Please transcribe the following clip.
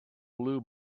blue